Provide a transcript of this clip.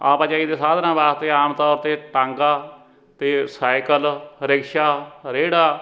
ਆਵਾਜਾਈ ਦੇ ਸਾਧਨਾਂ ਵਾਸਤੇ ਆਮ ਤੌਰ 'ਤੇ ਟਾਂਗਾ ਅਤੇ ਸਾਈਕਲ ਰਿਕਸ਼ਾ ਰੇਹੜਾ